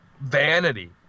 vanity